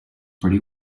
pretty